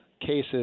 cases